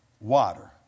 Water